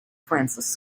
francis